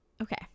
Okay